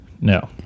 no